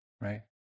right